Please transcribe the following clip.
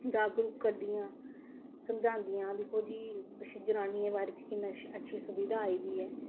जागरुक करदियां समझांदियां दिक्खो जी जनानियें दे बारे च किन्नी अच्छी सुभिधा आई दी